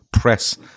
press